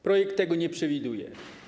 Projekt tego nie przewiduje.